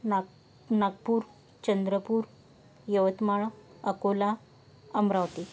Nag Nagpur Chandrapur Yavatmal Akola Amravati